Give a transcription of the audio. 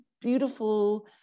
beautiful